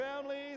families